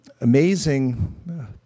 amazing